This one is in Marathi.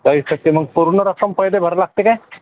चाळीस टक्के मग पूर्ण रक्कम पहिले भरावं लागते काय